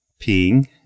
peeing